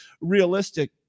realistic